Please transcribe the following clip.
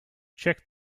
check